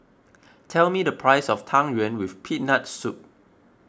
tell me the price of Tang Yuen with Peanut Soup